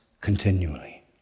continually